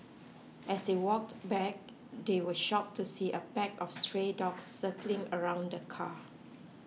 as they walked back they were shocked to see a pack of stray dogs circling around the car